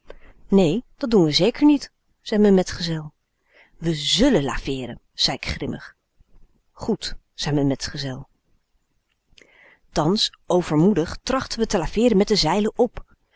nee dat doen we zeker niet zei m'n metgezel we zullen laveeren zei k grimmig géd zei m'n metgezel thans overmoedig trachtten we te laveeren met de z e